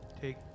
Take